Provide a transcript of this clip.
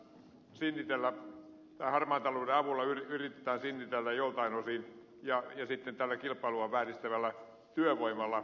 harmaan talouden avulla yritetään sinnitellä joiltain osin ja sitten tällä kilpailua vääristävällä työvoimalla